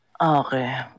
Okay